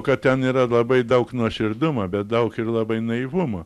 kad ten yra labai daug nuoširdumo bet daug ir labai naivumo